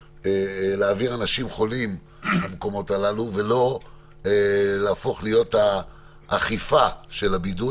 להעביר אנשים חולים למקומות הללו ולא להפוך להיות האכיפה של הבידוד.